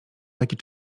takie